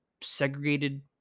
segregated